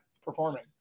performing